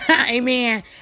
Amen